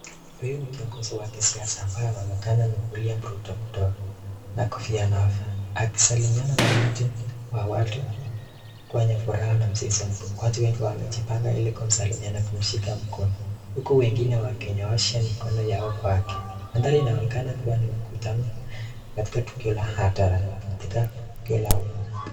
Huyu ni kiongozi wa kisiasa ambaye anaonekana ni William Ruto na kofia, akisalimiana na umati kwenye furaha na msisimuko, watu wengi wamejipanga ili kumsalimia na kumshika mkono huku wengine wakinyoosha mikono yao kwake, mandhari inaonekana kuwa ni mkutano katika tukio la hadhara, katika tukio la umma.